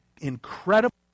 incredible